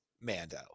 Mando